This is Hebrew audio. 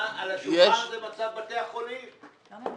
זאת תשובה למצב בתי החולים.